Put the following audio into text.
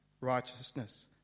righteousness